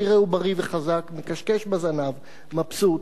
תראה, הוא בריא וחזק, מכשכש בזנב, מבסוט,